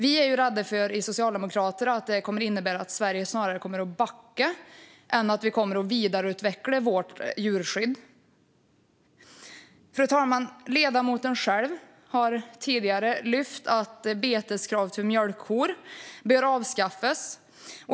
Vi socialdemokrater är rädda för att det kommer att innebära att Sverige snarare kommer att backa än att vi kommer att vidareutveckla vårt djurskydd. Fru talman! Ledamoten själv har tidigare lyft upp att beteskrav för mjölkkor bör avskaffas.